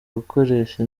gukoresha